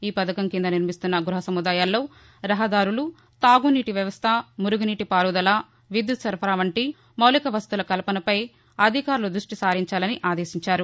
ఈ పధకం కింద నిర్మిస్తున్న గృహ సముదాయాల్లో రహదారులు తాగునీటి సరఫరా మురుగునీటి పారుదల విద్యుత్ సరఫరా వంటి మౌలిక వసతుల కల్పనపై అధికారులు దృష్టి సారించాలని ఆదేశించారు